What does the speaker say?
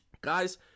Guys